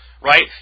right